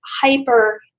hyper